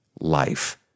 life